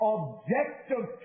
objective